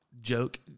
joke